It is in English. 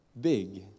big